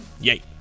Yay